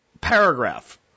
paragraph